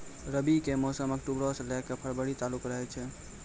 रबी के मौसम अक्टूबरो से लै के फरवरी तालुक रहै छै